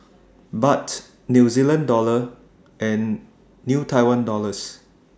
Baht New Zealand Dollar and New Taiwan Dollars